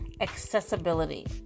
Accessibility